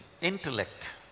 intellect